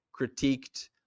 critiqued